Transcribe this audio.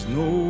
no